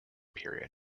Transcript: period